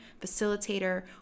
facilitator